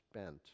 spent